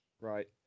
Right